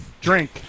Drink